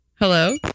hello